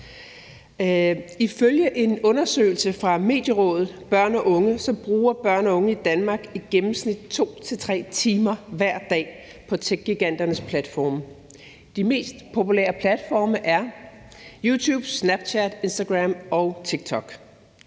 Ifølge en undersøgelse fra Medierådet for Børn og Unge bruger børn og unge i Danmark i gennemsnit 2-3 timer hver dag på techgiganternes platforme. De mest populære platforme er YouTube, Snapchat, Instagram og TikTok.